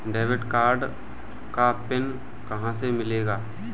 Debit card का PIN कहां से मिलेगा?